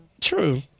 True